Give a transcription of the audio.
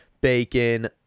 bacon